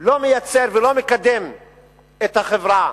לא מייצר ולא מקדם את החברה